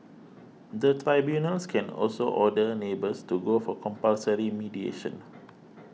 the tribunals can also order neighbours to go for compulsory mediation